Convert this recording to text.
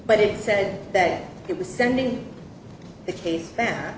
but it said that it was sending the case